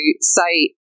say